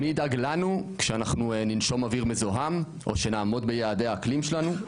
מי ידאג לנו כשאנחנו ננשום אוויר מזוהם או שנעמוד ביעדי האקלים שלנו?